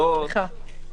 סליחה.